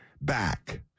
back